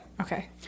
Okay